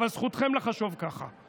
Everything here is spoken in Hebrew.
אבל זכותכם לחשוב ככה.